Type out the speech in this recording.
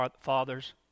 father's